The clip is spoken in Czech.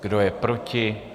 Kdo je proti?